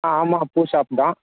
ஆ ஆமாம் பூ ஷாப் தான்